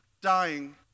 dying